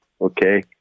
okay